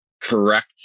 correct